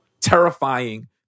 terrifying